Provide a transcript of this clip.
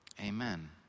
Amen